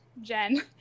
Jen